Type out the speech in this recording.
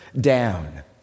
down